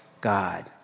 God